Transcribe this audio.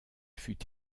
fut